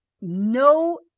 no